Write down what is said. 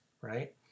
right